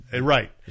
Right